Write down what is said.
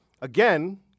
Again